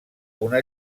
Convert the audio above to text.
una